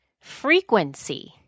frequency